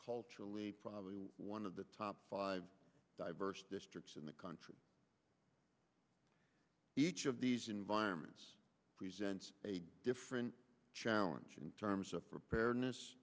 culturally probably one of the top five diverse districts in the country each of these environments presents a different challenge in terms of preparedness